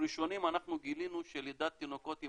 ראשוניים אנחנו גילינו שלידת תינוקות עם